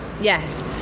Yes